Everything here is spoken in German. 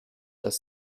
dass